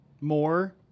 more